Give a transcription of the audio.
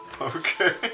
Okay